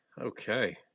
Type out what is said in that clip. Okay